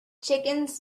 chickens